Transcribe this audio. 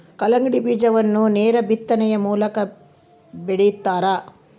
ಕಲ್ಲಂಗಡಿ ಬೀಜವನ್ನು ನೇರ ಬಿತ್ತನೆಯ ಮೂಲಕ ಬೆಳಿತಾರ